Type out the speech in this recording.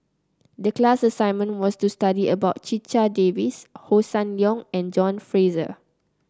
the class assignment was to study about Checha Davies Hossan Leong and John Fraser